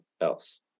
else